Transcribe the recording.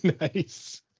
Nice